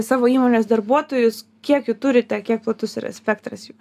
savo įmonės darbuotojus kiek jų turite kiek platus yra spektras jų